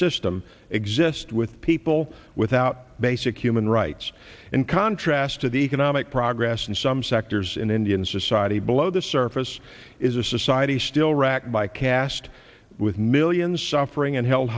system exist with people without basic human rights in contrast to the economic progress and some sectors in indian society below the surface is a society still wracked by caste with millions suffering and held